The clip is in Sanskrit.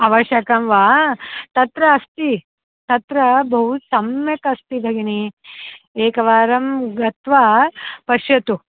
अवश्यकं वा तत्र अस्ति तत्र बहु सम्यक् अस्ति भगिनि एकवारं गत्वा पश्यतु